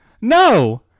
No